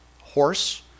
horse